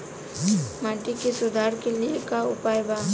माटी के सुधार के लिए का उपाय बा?